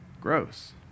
gross